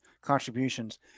contributions